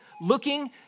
looking